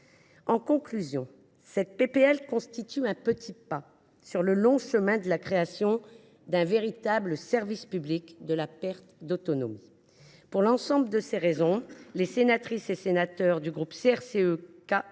proposition de loi constitue un petit pas sur le long chemin de la création d’un véritable service public de la perte d’autonomie. Pour l’ensemble des raisons que j’ai exposées, les sénatrices et sénateurs du groupe CRCE